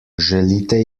želite